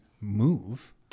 move